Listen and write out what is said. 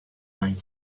ein